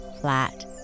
flat